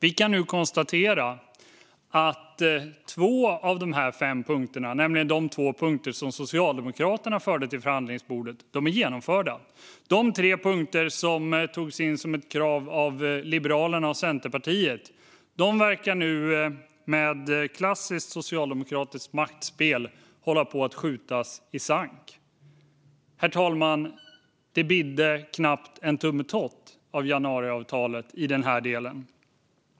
Vi kan nu konstatera att två av de fem punkterna, nämligen de två punkter som Socialdemokraterna förde till förhandlingsbordet, är genomförda. Det verkar dock som att de tre punkter som togs in som krav av Liberalerna och Centerpartiet håller på att skjutas i sank, med klassiskt socialdemokratiskt maktspel. Herr talman! Det bidde knappt en tummetott av januariavtalet i den här delen.